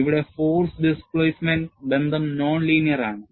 ഇവിടെ force displacement ബന്ധം non linear ആണ്